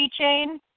keychain